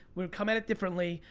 we're coming at it differently,